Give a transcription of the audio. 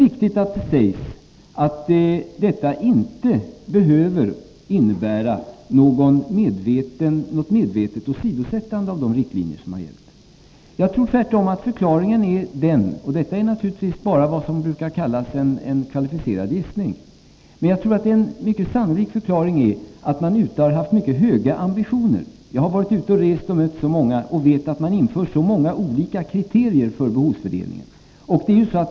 Detta behöver inte innebära något medvetet åsidosättande av de riktlinjer som gällt. Jag tror tvärtom att en mycket sannolik förklaring är att — detta är naturligtvis bara vad som brukar kallas en kvalificerad gissning — man över huvud taget har haft mycket höga ambitioner. Jag har varit ute och rest och mött många och vet att det införs många olika kriterier för behovsfördelningen.